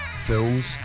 Films